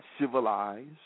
civilized